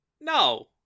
no